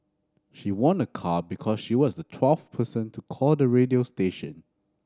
she won a car because she was the twelfth person to call the radio station